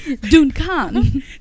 duncan